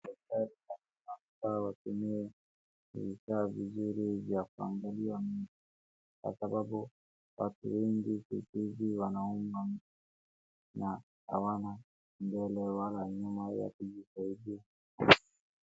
Daktari katika rufaa watumie vifaa vizuri vya kuangalia mwili. Kwa sababu watu wengi siku hizi wanaumwa na hawana mbele wala nyuma ya kujisaidia.